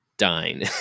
dine